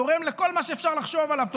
תורם לכל מה שאפשר לחשוב עליו,